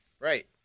Right